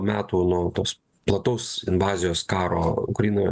metų nuo tos plataus invazijos karo ukrainoje